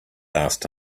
asked